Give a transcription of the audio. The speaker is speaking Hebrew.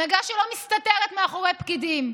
הנהגה שלא מסתתרת מאחורי פקידים,